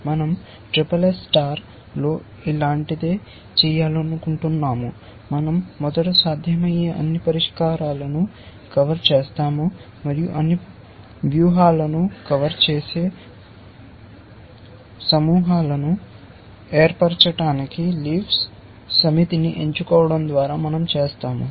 మనం SSS SSS స్టార్లో ఇలాంటిదే చేయాలనుకుంటున్నాము మనం మొదట సాధ్యమయ్యే అన్ని పరిష్కారాలను కవర్ చేస్తాము మరియు అన్ని వ్యూహాలను కవర్ చేసే సమూహాలను ఏర్పరచటానికి లీవ్స్ సమితిని ఎంచుకోవడం ద్వారా మనం చేసాము